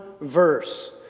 verse